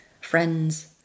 friends